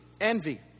envy